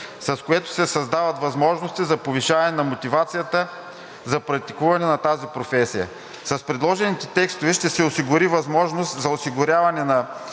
с което се създават възможности за повишаване на мотивацията за практикуване на тази професия. С предложените текстове ще се осигури възможност за осигуряване на